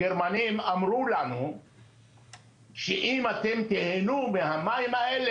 הגרמנים אמרו לנו שאם אתם תהינו מהמים האלה,